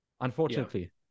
unfortunately